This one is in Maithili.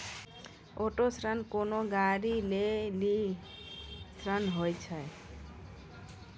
ऑटो ऋण कोनो गाड़ी लै लेली ऋण होय छै